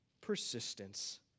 persistence